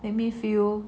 let me feel